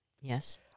Yes